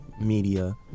media